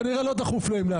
כנראה זה לא דחוף להם.